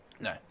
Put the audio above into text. no